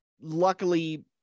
luckily